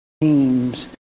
teams